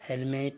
helmet